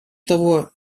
того